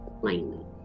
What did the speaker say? plainly